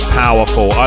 powerful